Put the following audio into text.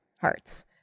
hearts